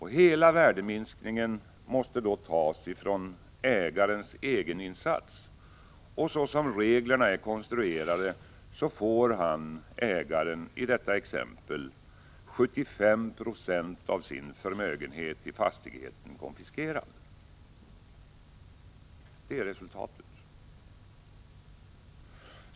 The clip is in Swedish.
Hela värdeminskningen måste då tas från ägarens egeninsats. Så som reglerna är konstruerade får ägaren i exemplet 75 96 av sin förmögenhet i fastigheten konfiskerad.